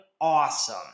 awesome